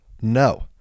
no